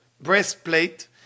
Breastplate